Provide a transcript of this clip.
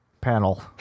panel